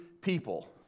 people